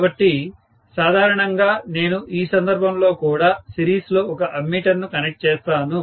కాబట్టి సాధారణంగా నేను ఈ సందర్భంలో కూడా సిరీస్లో ఒక అమ్మీటర్ను కనెక్ట్ చేస్తాను